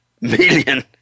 million